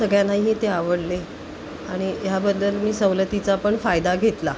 सगळ्यांनाही ते आवडले आणि ह्याबद्दल मी सवलतीचा पण फायदा घेतला